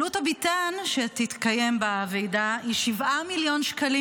עלות הביתן שיוקם בוועידה היא 7 מיליון שקלים,